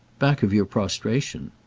back of your prostration.